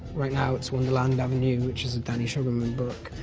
right now it's wonderland avenue which is a danny sugerman book,